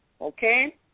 Okay